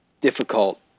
difficult